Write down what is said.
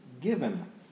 given